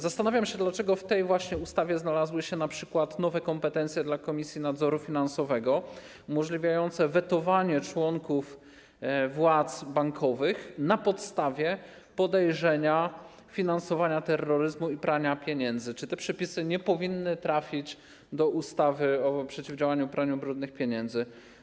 Zastanawiam się, dlaczego w tej właśnie ustawie znalazły się np. przepisy o nowych kompetencjach dla Komisji Nadzoru Finansowego umożliwiających wetowanie członków władz bankowych na podstawie podejrzenia finansowania terroryzmu i prania pieniędzy i czy te przepisy nie powinny trafić do ustawy o przeciwdziałaniu praniu brudnych pieniędzy.